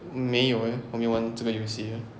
没有 eh 我没有玩这个游戏 eh